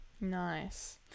Nice